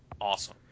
awesome